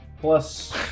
plus